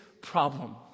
problem